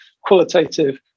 qualitative